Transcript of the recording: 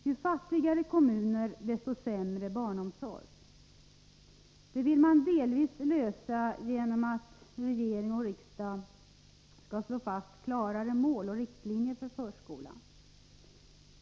Ju fattigare kommuner desto sämre barnomsorg. Det vill man delvis lösa genom att regering och riksdag ska slå fast klarare mål och riktlinjer för förskolan.